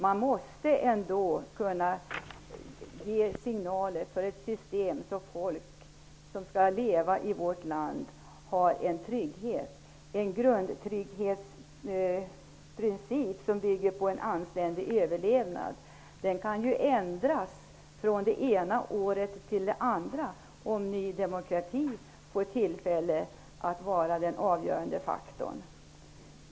Man måste ändå kunna ge signal om ett system som innebär att folk i vårt land har en trygghet. Förutsättningarna för en grundtrygghetsprincip som bygger på en anständig överlevnad kan ju ändras från ett år till ett annat, om ni i Ny demokrati får tillfälle att vara den avgörande faktorn.